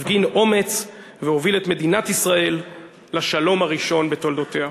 הפגין אומץ והוביל את מדינת ישראל לשלום הראשון בתולדותיה.